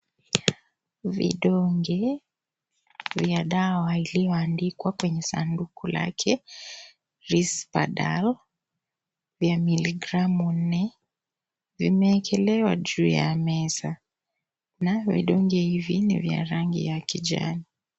Vidonge vya dawa iliyoandikwa kwenye sanduku lake Risperdal vya miligramu nne vimewekelewa juu ya meza na vidonge hivi ni vya rangi ya kijani.